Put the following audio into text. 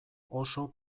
oso